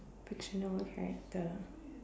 fictional character